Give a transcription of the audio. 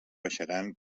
baixaran